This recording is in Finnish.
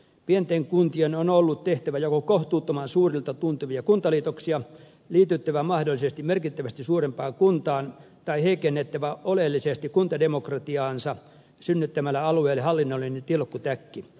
pienten kuntien on ollut tehtävä joko kohtuuttoman suurilta tuntuvia kuntaliitoksia liityttävä mahdollisesti merkittävästi suurempaan kuntaan tai heikennettävä oleellisesti kuntademokratiaansa synnyttämällä alueelle hallinnollinen tilkkutäkki yhteistoiminta alue